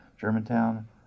Germantown